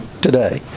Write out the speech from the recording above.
today